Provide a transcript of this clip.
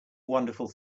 wonderful